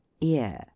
ear